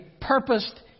purposed